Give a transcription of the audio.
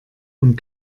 und